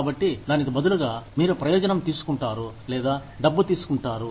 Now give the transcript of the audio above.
కాబట్టి దానికి బదులుగా మీరు ప్రయోజనం తీసుకుంటారు లేదా డబ్బు తీసుకుంటారు